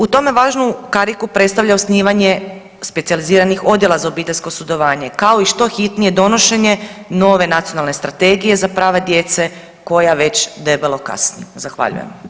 U tom važnu kariku predstavlja osnivanje specijaliziranih odjela za obiteljsko sudjelovanje kao i što hitnije donošenje nove nacionalne strategije za prava djece koja već debelo kasni.